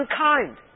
unkind